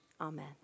Amen